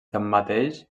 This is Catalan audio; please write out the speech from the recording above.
tanmateix